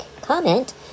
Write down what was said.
comment